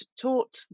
taught